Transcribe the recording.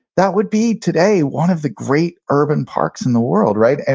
that would be today one of the great urban parks in the world right.